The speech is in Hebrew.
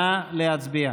נא להצביע.